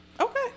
Okay